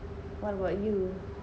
what about you